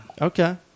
Okay